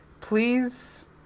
Please